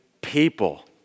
people